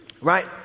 Right